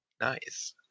Nice